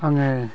आङो